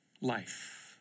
life